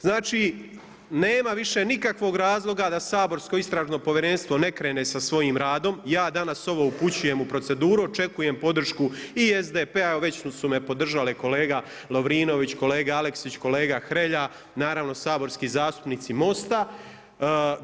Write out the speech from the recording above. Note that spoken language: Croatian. Znači nema više nikakvog razloga da saborsko Istražno povjerenstvo ne krene sa svojim radom, ja danas ovo upućujem u proceduru, očekujem podršku i SDP-a, već su me podržali kolega Lovrinović, kolega Aleksić, kolega Hrelja, naravno saborski zastupnici MOST-a.